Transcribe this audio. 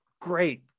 great